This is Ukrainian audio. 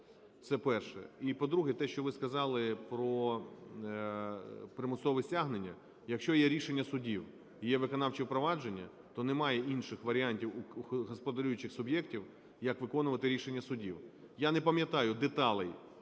Це перше. І, по-друге, те, що ви сказали про примусове стягнення. Якщо є рішення судів і є виконавче провадження, то немає інших варіантів у господарюючих суб'єктів, як виконувати рішення судів. Я не пам'ятаю деталей